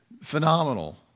phenomenal